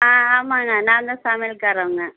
ஆ ஆமாம்ங்க நான்தான் சமயல்காரவங்க